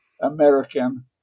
American